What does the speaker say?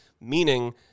Meaning